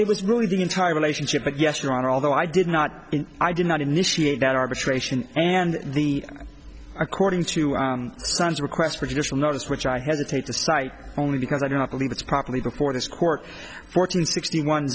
it was really the entire relationship but yes your honor although i did not i did not initiate that arbitration and the according to our son's request for judicial notice which i hesitate to cite only because i do not believe it's properly before this court fortune sixty one